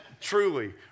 Truly